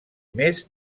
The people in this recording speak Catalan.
més